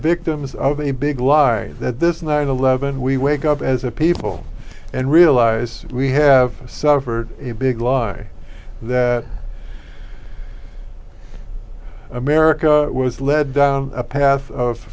victims of a big lie that this nine hundred and eleven we wake up as a people and realize we have suffered a big lie that america was led down a path of